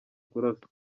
kuraswa